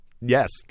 Yes